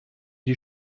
die